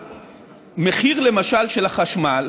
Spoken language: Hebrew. למשל, המחיר של החשמל